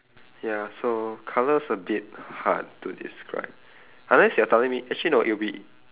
ya so colour's a bit hard to describe unless you are telling me actually no it'll be